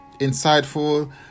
insightful